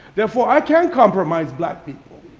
therefore, i can't compromise black people.